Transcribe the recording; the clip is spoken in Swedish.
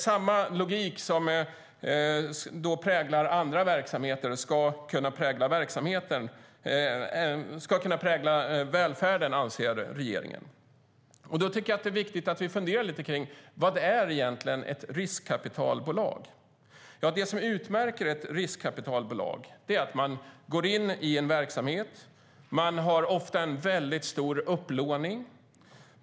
Samma logik som präglar andra verksamheter ska kunna prägla välfärden, anser regeringen. Jag tycker att det är viktigt att vi funderar lite på vad ett riskkapitalbolag egentligen är. Det som utmärker ett riskkapitalbolag är att man går in i en verksamhet. Man har ofta väldigt stor upplåning.